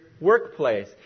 workplace